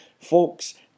Folks